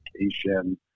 education